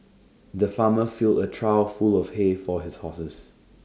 the farmer filled A trough full of hay for his horses